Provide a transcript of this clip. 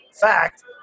fact